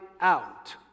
out